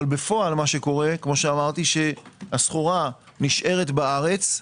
אך בפועל כאמור הסחורה נשארת בארץ,